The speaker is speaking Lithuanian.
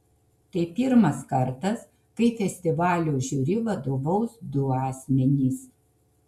tai pirmas kartas kai festivalio žiuri vadovaus du asmenys